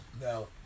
Now